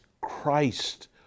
Christ